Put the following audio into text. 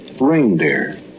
Reindeer